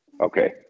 Okay